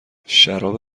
شراب